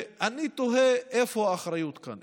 אני תוהה איפה האחריות כאן.